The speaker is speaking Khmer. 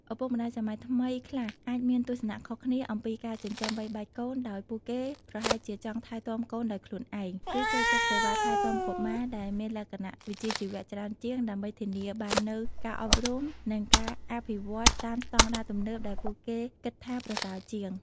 ឪពុកម្ដាយសម័យថ្មីខ្លះអាចមានទស្សនៈខុសគ្នាអំពីការចិញ្ចឹមបីបាច់កូន ដោយពួកគេប្រហែលជាចង់ថែទាំកូនដោយខ្លួនឯង ឬចូលចិត្តសេវាថែទាំកុមារដែលមានលក្ខណៈវិជ្ជាជីវៈច្រើនជាង ដើម្បីធានាបាននូវការអប់រំ និងការអភិវឌ្ឍន៍តាមស្តង់ដារទំនើបដែលពួកគេគិតថាប្រសើរជាង។